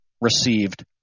received